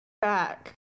back